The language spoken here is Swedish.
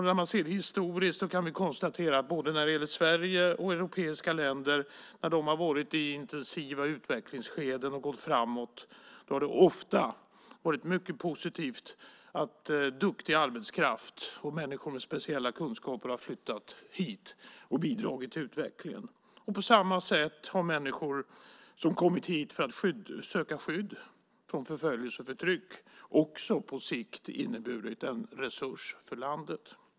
När man ser det historiskt kan man konstatera att när Sverige och europeiska länder har varit i intensiva utvecklingsskeden och gått framåt har det ofta varit mycket positivt att duktig arbetskraft och människor med speciella kunskaper har flyttat hit och bidragit till utvecklingen. På samma sätt har människor som har kommit hit för att söka skydd från förföljelse och förtryck också på sikt inneburit en resurs för landet.